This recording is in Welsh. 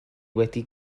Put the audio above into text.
wedi